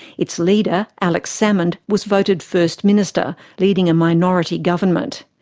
its leader, alex salmond was voted first minister, leading a minority government.